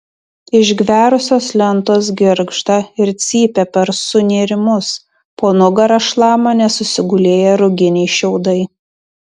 išgverusios lentos girgžda ir cypia per sunėrimus po nugara šlama nesusigulėję ruginiai šiaudai